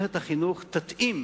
שמערכת החינוך תתאים